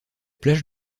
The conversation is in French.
plage